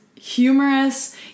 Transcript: humorous